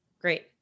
Great